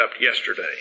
yesterday